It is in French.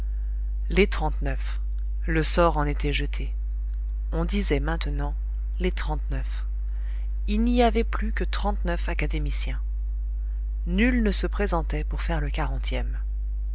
les trente-neuf le sort en était jeté on disait maintenant les trente-neuf il n'y avait plus que trente-neuf académiciens nul ne se présentait pour faire le quarantième